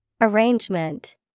Arrangement